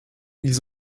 ils